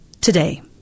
today